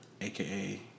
AKA